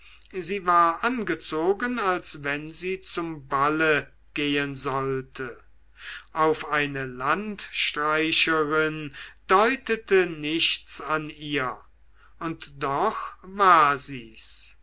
sie war angezogen als wenn sie zum balle gehen sollte auf eine landstreicherin deutete nichts an ihr und doch war sie's